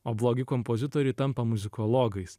o blogi kompozitoriai tampa muzikologais